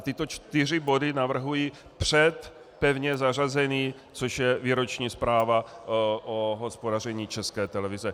Tyto čtyři body navrhuji před pevně zařazený, což je výroční zpráva o hospodaření České televize.